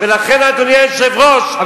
ולכן, אדוני היושב-ראש, ש"ס תתנגד.